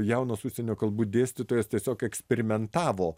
jaunos užsienio kalbų dėstytojos tiesiog eksperimentavo